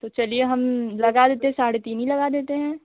तो चलिए हम लगा लेते साढ़े तीन लगा देते हैं